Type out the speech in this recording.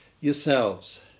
yourselves